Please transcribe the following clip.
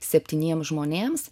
septyniem žmonėms